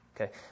Okay